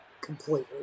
completely